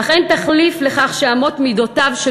אך אין תחליף לכך שאמות מידותיו של